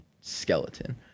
skeleton